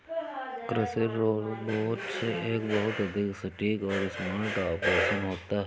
कृषि रोबोट से एक बहुत अधिक सटीक और स्मार्ट ऑपरेशन होता है